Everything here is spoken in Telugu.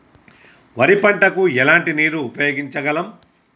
వరి పంట కు ఎలాంటి నీరు ఉపయోగించగలం?